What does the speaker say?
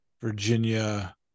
Virginia